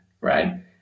right